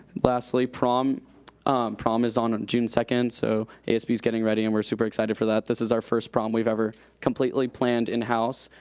lastly, prom prom is on june second, so asb's getting ready and we're super excited for that, this is our first prom we've ever completely planned in-house,